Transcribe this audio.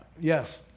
Yes